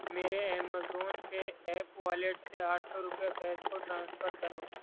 میرے Amazon Pay app wallet سے آٹھ سو روپئے فیض کو ٹرانسفر کرو